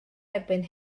erbyn